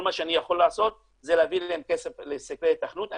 כל מה שאני יכול לעשות זה להביא להם כסף לסקרי היתכנות.